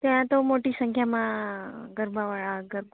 ત્યાં તો મોટી સંખ્યામાં ગરબાવાળા ગરબા